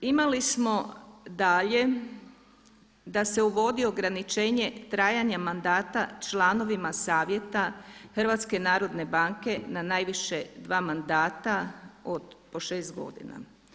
Imali smo dalje da se uvodi ograničenje trajanja mandata članovima savjeta HNB-a na najviše dva mandata od po 6 godina.